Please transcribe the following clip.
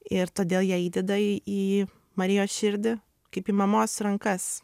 ir todėl ją įdeda į į marijos širdį kaip į mamos rankas